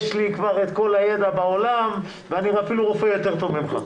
יש לי את כל הידע בעולם ואני אפילו רופא יותר טוב ממך,